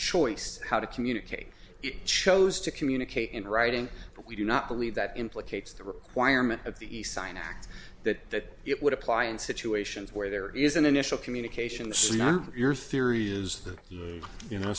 choice how to communicate it chose to communicate in writing but we do not believe that implicates the requirement of the sign act that it would apply in situations where there is an initial communication this is not your theory is that you know